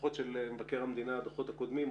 הדוחות הקודמים של מבקר המדינה עוסקים